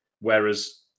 whereas